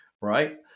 right